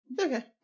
okay